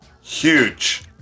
Huge